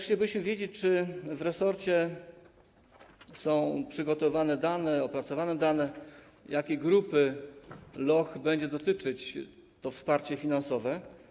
Chcielibyśmy też wiedzieć, czy w resorcie są przygotowane, opracowane dane, jakich grup loch będzie dotyczyć to wsparcie finansowe.